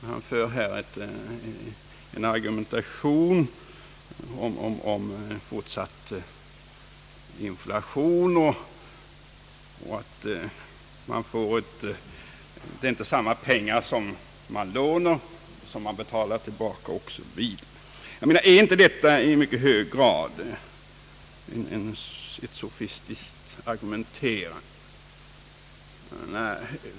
Han förde ett resonemang om fortsatt inflation, att det inte är samma pengar man lånar som dem man betalar tillbaka o. s. v. Är inte detta i mycket hög grad ett sofistiskt argumenterande?